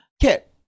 Kit